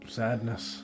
sadness